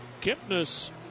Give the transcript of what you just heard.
Kipnis